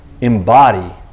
embody